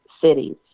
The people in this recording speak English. cities